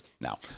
Now